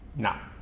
not